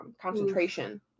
concentration